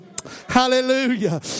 Hallelujah